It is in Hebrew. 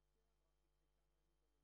אני רוצה להודות לך בשמי על כך שהיית